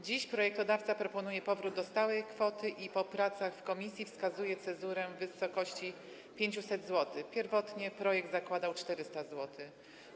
Dziś projektodawca proponuje powrót do stałej kwoty i po pracach w komisji wskazuje cezurę w wysokości 500 zł; pierwotnie projekt zakładał 400 zł.